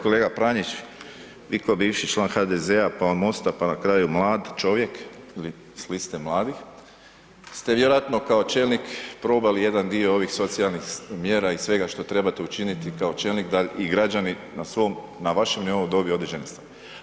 Kolega Pranić, vi ko bivši član HDZ-a, pa MOST-a, pa na kraju mlad čovjek ili s liste mladih ste vjerojatno kao čelnik probali jedan dio ovih socijalnih mjera i svega što trebate učiniti kao čelnik da i građani na svom, na vašem nebu dobiju određene stvari.